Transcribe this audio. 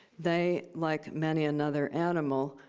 they, like many another animal,